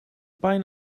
pijn